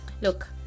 Look